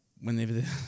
whenever